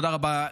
תודה רבה.